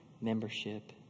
membership